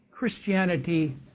Christianity